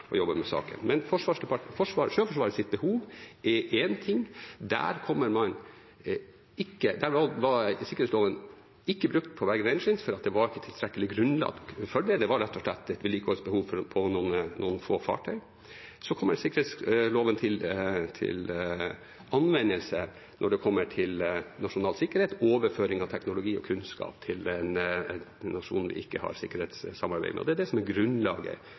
jobbe med saken. Men når det gjelder Sjøforsvarets behov, var ikke sikkerhetsloven brukt på Bergen Engines, fordi det ikke var tilstrekkelig grunnlag for det. Det var rett og slett et vedlikeholdsbehov for noen få fartøy. Så kommer sikkerhetsloven til anvendelse når det gjelder nasjonal sikkerhet og overføring av teknologi og kunnskap til en nasjon vi ikke har sikkerhetssamarbeid med. Det er det som er grunnlaget,